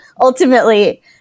ultimately